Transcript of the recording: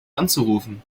anzurufen